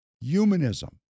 humanism